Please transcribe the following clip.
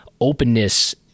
openness